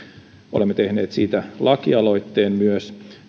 olemme tehneet siitä myös